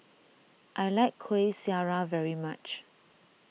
I like Kuih Syara very much